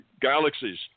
galaxies